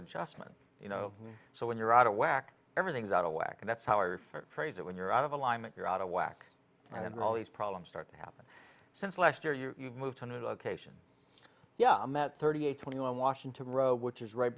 adjustment you know so when you're out of whack everything's out of whack and that's how i refer phrase it when you're out of alignment you're out of whack and all these problems start to happen since last year you moved to a new location yeah i met thirty eight twenty one in washington row which is right